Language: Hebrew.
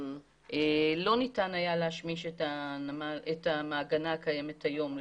לא ניתן היה להשמיש את המעגנה הקיימת היום.